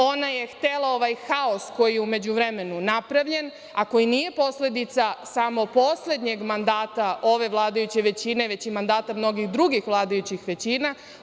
Ona je htela ovaj haos koji je u međuvremenu napravljen, a koji nije posledica samo poslednjeg mandata ove vladajuće većine, već i mandata mnogih drugih vladajućih većina.